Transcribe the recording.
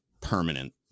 permanent